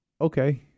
Okay